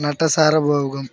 నట సారభౌమ